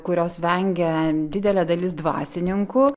kurios vengiam didelė dalis dvasininkų